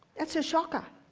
that's a shocker,